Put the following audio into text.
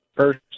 first